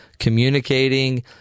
communicating